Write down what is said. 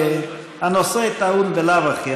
הנושא טעון בלאו הכי,